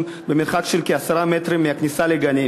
במרחק של כ-10 מטרים מהכניסה לגנים.